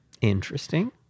interesting